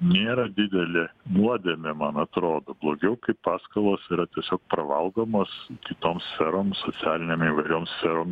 nėra didelė nuodėmė man atrodo blogiau kai paskolos yra tiesiog pravalgomos kitom sferom socialinėm įvairiom sferom